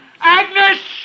Agnes